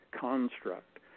construct